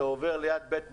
אתה עובר ליד בית מלון,